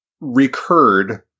recurred